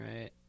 right